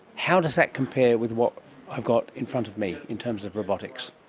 how does that compare with what i've got in front of me in terms of robotics?